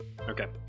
Okay